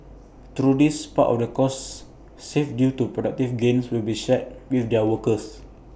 through this part of the costs saved due to productivity gains will be shared with their workers